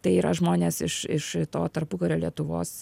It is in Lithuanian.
tai yra žmonės iš iš to tarpukario lietuvos